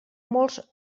molts